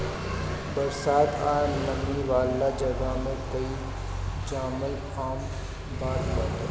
बरसात आ नमी वाला जगह में काई जामल आम बात बाटे